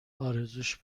ارزوش